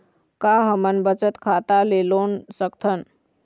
का हमन बचत खाता ले लोन सकथन?